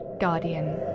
Guardian